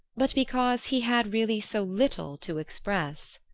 but because he had really so little to express.